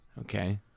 Okay